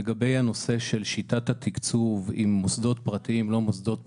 לגבי הנשוא של שיטת התקצוב עם מוסדות פרטיים או לא מוסדות פרטיים,